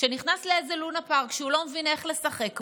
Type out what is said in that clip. שנכנס לאיזה לונה פארק שהוא לא מבין איך לשחק בו,